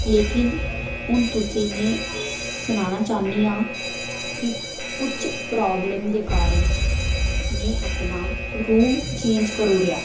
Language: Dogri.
लेकिन हून तुसें गी में सनाना चाहन्नी आं कि कुछ प्राब्लम दे कारण में अपना रूम चेंज करी ओड़े दा